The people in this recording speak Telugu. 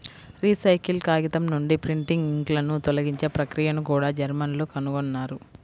రీసైకిల్ కాగితం నుండి ప్రింటింగ్ ఇంక్లను తొలగించే ప్రక్రియను కూడా జర్మన్లు కనుగొన్నారు